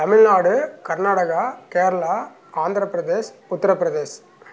Tamil Nadu Karnataka Kerala Andhra Pradesh Uttar Pradesh